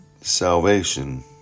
salvation